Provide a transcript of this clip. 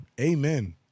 Amen